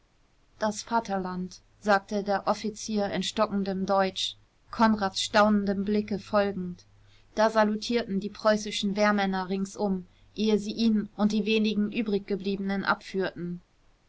das vaterland sagte der offizier in stockendem deutsch konrads staunendem blicke folgend da salutierten die preußischen wehrmänner ringsum ehe sie ihn und die wenigen übriggebliebenen abführten